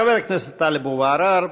חבר הכנסת טלב אבו עראר,